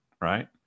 right